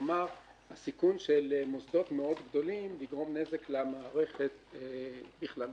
כלומר הסיכון של מוסדות מאוד גדולים לגרום נזק למערכת בכללותה.